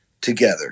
together